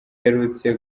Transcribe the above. aherutse